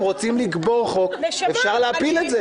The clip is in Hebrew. אם רוצים לקבור חוק, אפשר להפיל את זה.